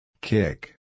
Kick